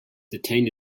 detained